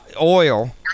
oil